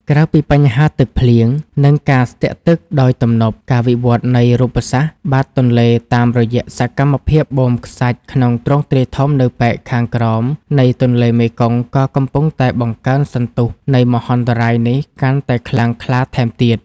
ក្រៅពីបញ្ហាទឹកភ្លៀង និងការស្ទាក់ទឹកដោយទំនប់ ការវិវត្តនៃរូបសាស្ត្របាតទន្លេតាមរយៈសកម្មភាពបូមខ្សាច់ក្នុងទ្រង់ទ្រាយធំនៅប៉ែកខាងក្រោមនៃទន្លេមេគង្គ ក៏កំពុងតែបង្កើនសន្ទុះនៃមហន្តរាយនេះកាន់តែខ្លាំងក្លាថែមទៀត។